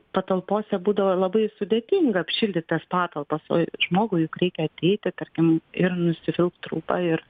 patalpose būdavo labai sudėtinga apšildyt tas patalpas o žmogui juk reikia ateiti tarkim ir nusivilkt rūbą ir